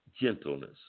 Gentleness